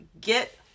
Get